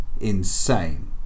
insane